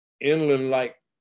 inland-like